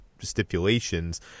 stipulations